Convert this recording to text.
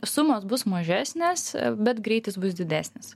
sumos bus mažesnės bet greitis bus didesnis